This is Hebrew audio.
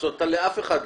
זאת אומרת, לאף אחד לא.